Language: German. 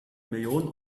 millionen